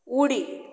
उडी